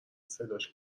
صداش